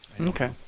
Okay